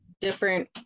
different